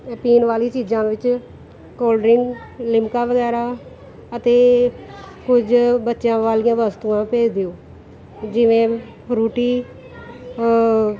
ਪੀਣ ਵਾਲੀ ਚੀਜ਼ਾਂ ਵਿੱਚ ਕੋਲਡ ਡਰਿੰਕ ਲਿਮਕਾ ਵਗੈਰਾ ਅਤੇ ਕੁਝ ਬੱਚਿਆਂ ਵਾਲੀਆਂ ਵਸਤੂਆਂ ਭੇਜ ਦਿਓ ਜਿਵੇਂ ਫਰੂਟੀ